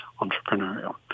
entrepreneurial